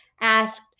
asked